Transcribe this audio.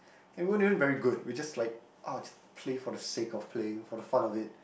it weren't even very good we just like ah just play for the sake of playing for the fun of it